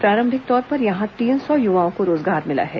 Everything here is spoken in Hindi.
प्रारंभिक तौर पर यहां तीन सौ युवाओं को रोजगार मिला है